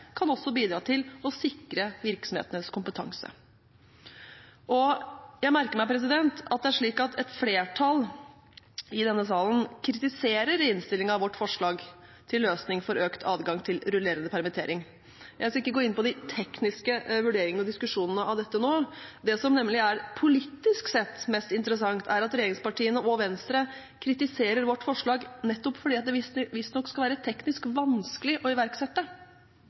kan også bidra til å sikre virksomhetenes kompetanse. Jeg merker meg at et flertall i denne salen i innstillingen kritiserer vårt forslag til løsning for økt adgang til rullerende permittering. Jeg skal ikke gå inn på de tekniske vurderingene og diskusjonene om dette nå. Det som nemlig er politisk sett mest interessant, er at regjeringspartiene og Venstre kritiserer vårt forslag nettopp fordi det visstnok skal være teknisk vanskelig å iverksette,